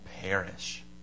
perish